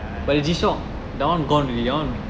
ya ya